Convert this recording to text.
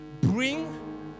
bring